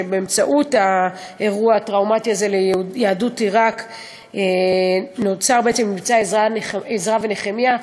שבאמצעות האירוע הטראומטי ליהדות עיראק נוצר מבצע "עזרא ונחמיה",